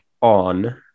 on